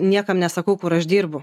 niekam nesakau kur aš dirbu